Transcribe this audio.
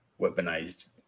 weaponized